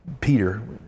Peter